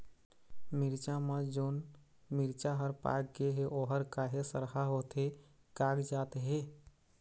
मिरचा म जोन मिरचा हर पाक गे हे ओहर काहे सरहा होथे कागजात हे?